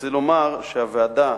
אני רוצה לומר שוועדת